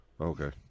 Okay